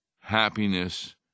happiness